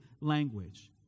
language